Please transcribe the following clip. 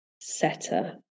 setter